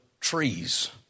trees